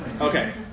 Okay